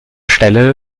stelle